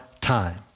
time